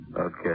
Okay